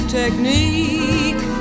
technique